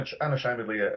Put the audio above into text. unashamedly